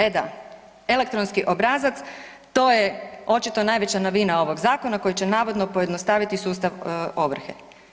E da, elektronski obrazac to je očito najveća novina ovog zakona koji će navodno pojednostaviti sustav ovrhe.